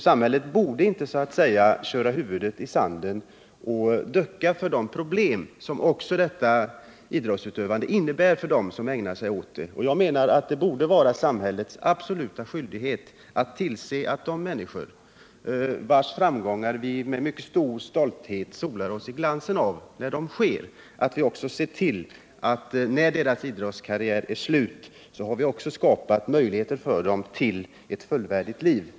Samhället borde inte så att säga köra huvudet isanden och ducka för de problem som idrottsutövandet innebär för dem som ägnar sig åt det. Jag menar att det borde vara samhällets absoluta skyldighet att för de människor vars framgångar vi med mycket stor stolthet solar oss i glansen av när de sker också se till att, när deras idrottskarriär är slut, vi har skapat möjligheter för dem till ett fullvärdigt liv.